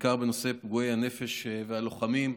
בעיקר בנושא פגועי הנפש והלוחמים,